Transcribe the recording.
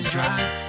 Drive